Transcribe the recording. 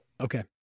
Okay